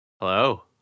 hello